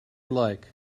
like